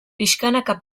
pixkanaka